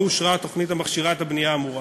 אושרה התוכנית המכשירה את הבנייה האמורה.